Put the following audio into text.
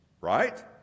Right